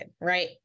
right